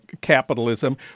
capitalism